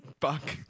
Fuck